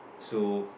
so